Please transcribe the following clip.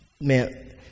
man